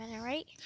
right